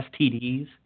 STDs